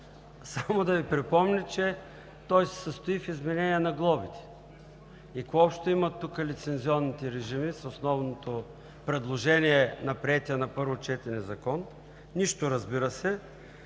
Само да Ви припомня, че той се състои в изменения на глобите. Какво общо имат тук лицензионните режими с основното предложение на приетия на първо четене Закон? Нищо, разбира се!